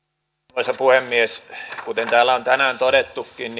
arvoisa puhemies kuten täällä on tänään todettukin